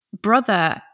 brother